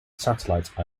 satellite